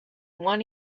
one